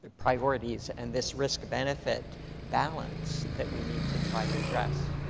priorities and this risk-benefit balance that we need to try to address.